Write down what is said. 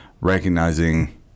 Recognizing –